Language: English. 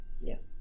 Yes